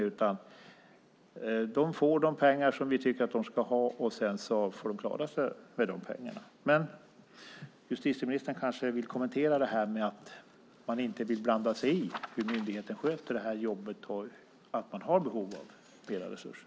Kriminalvården får de pengar som ni tycker att de ska ha, och sedan får de klara sig. Justitieministern kanske vill kommentera detta med att man inte vill blanda sig i hur myndigheten sköter det här jobbet och att man har behov av mer resurser.